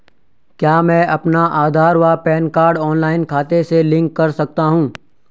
क्या मैं अपना आधार व पैन कार्ड ऑनलाइन खाते से लिंक कर सकता हूँ?